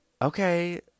Okay